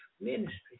ministry